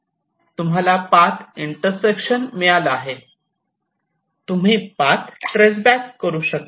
तुम्हाला path intersection मिळाला आहे तुम्ही पाथ ट्रेस बॅक करू शकता